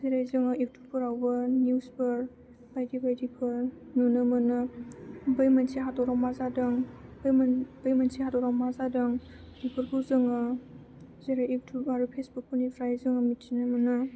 जेरै जोङो एपफोरावबो निउसफोर बायदि बायदिफोर नुनो मोनो बे मोनसे हादराव मा जादों बै मोनसे हादराव मा जादों बेफोरखौ जोङो जेरै युटुब आरो फेसबुकफोरनिफ्राय जोङो मिथिनो मोनो